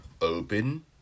Open